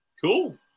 Cool